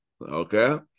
Okay